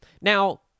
Now